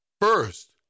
first